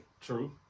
True